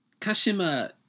Kashima